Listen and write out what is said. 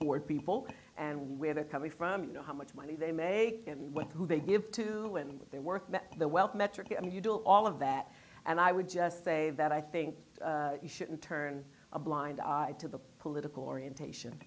board people and where they're coming from you know how much money they make with who they give to when they work at the wealth metric and you do all of that and i would just say that i think you shouldn't turn a blind eye to the political orientation